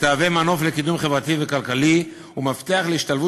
ותהווה מנוף לקידום חברתי וכלכלי ומפתח להשתלבות